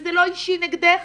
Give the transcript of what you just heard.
וזה לא אישי נגדך,